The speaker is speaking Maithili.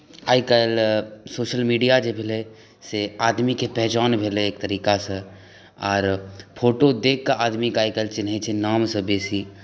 आइ काल्हि सोशल मीडिया जे भेलै से आदमीके पहचान भेलै एक तरीकासँ आर फोटो देखिके आदमीकेँ चिन्हैत छै नामसँ बेसी